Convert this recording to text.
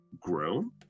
grown